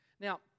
Now